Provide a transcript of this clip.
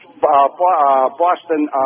Boston